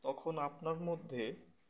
তখন আপনার মধ্যে